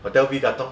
hotel V katong